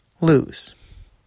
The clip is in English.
lose